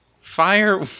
Fire